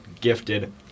gifted